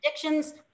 predictions